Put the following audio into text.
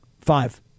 Five